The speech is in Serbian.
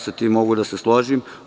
Sa time mogu da se složim.